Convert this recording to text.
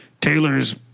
Taylor's